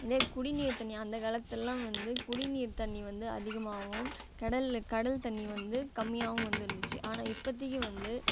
இதே குடிநீர் தண்ணி அந்த காலத்திலலாம் வந்து குடிநீர் தண்ணி வந்து அதிகமாகவும் கடலில் கடல் தண்ணி வந்து கம்மியாகவும் வந்து இருந்துச்சு ஆனால் இப்போதைக்கு வந்து